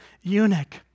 eunuch